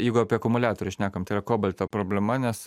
jeigu apie akumuliatorius šnekam tai yra kobalto problema nes